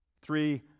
three